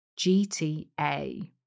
GTA